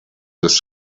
des